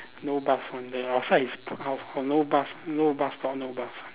no bus one there outside is out out no bus no bus stop no bus stop